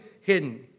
hidden